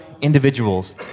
individuals